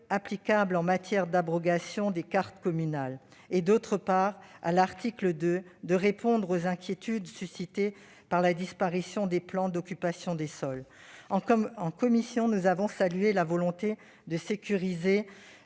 applicable en matière d'abrogation des cartes communales, et, d'autre part, à l'article 2, de répondre aux inquiétudes suscitées par la disparition des POS. En commission, nous avons salué la volonté de sécuriser